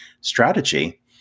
strategy